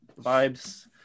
vibes